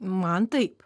man taip